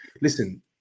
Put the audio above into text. listen